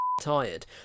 tired